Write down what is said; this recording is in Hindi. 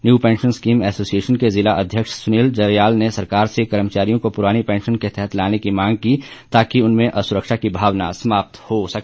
न्यू पैंशन स्कीम एसोसिएशन के जिला अध्यक्ष सुनील जरयाल ने सरकार से कर्मचारियों को पुरानी पैंशन के तहत लाने की मांग की ताकि उनमें असुरक्षा की भावना समाप्त हो सके